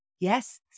Yes